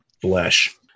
flesh